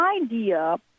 idea